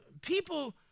people